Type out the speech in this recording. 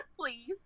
Please